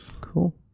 Cool